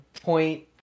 point